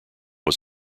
was